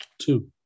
Two